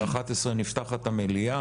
ב-11:00 נפתחת המליאה